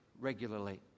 regularly